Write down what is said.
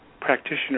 practitioner